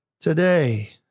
today